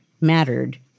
mattered